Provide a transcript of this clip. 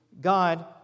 God